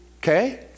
Okay